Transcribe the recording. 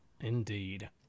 Indeed